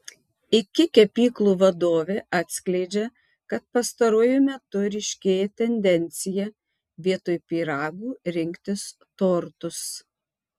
iki kepyklų vadovė atskleidžia kad pastaruoju metu ryškėja tendencija vietoj pyragų rinktis tortus